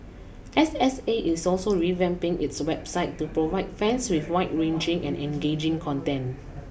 S S A is also revamping its website to provide fans with wide ranging and engaging content